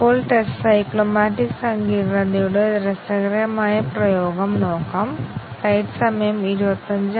അല്ലെങ്കിൽ മറ്റൊരു വിധത്തിൽ പറഞ്ഞാൽ പ്രോഗ്രാമിലൂടെ നിയന്ത്രണം ചെയ്യുന്ന വഴി